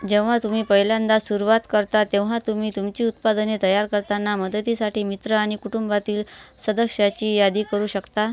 जेव्हा तुम्ही पहिल्यांदा सुरुवात करता तेव्हा तुम्ही तुमची उत्पादने तयार करताना मदतीसाठी मित्र आणि कुटुंबातील सदस्याची यादी करू शकता